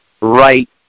right